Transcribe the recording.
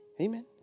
Amen